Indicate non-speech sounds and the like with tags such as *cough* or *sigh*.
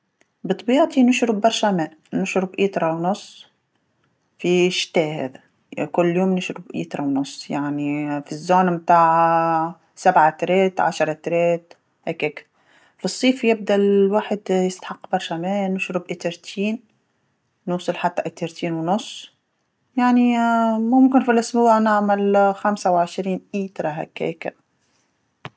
بطبيعتي نشرب برشا ما، نشرب إيترا ونص، في الشتا هذا، كل يوم نشرب إيترا ونص يعني *hesitation* في المنطقة متاع *hesitation* سبع ليترات عشر ليترات هكاك، في الصيف يبدا الواحد يستحق برشا ما نشرب إيترتين نوصل حتى إيترتين ونص يعني *hesitation* ممكن في الأسبوع نعمل خمسه وعشرين إيتره هكاك.